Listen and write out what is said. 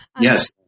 Yes